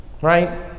Right